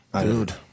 Dude